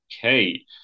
Okay